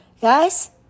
guys